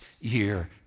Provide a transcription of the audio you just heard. year